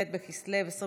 ט' בכסלו התשפ"א,